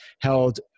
held